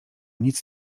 nic